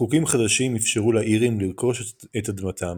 חוקים חדשים אפשרו לאירים לרכוש את אדמתם,